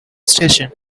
station